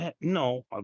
No